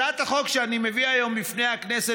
הצעת החוק שאני מביא היום בפני הכנסת